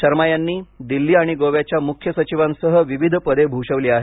शर्मा यांनी दिल्ली आणि गोव्याच्या मुख्य सचिवांसह विविध पदे भूषविली आहेत